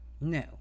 No